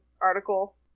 article